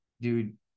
dude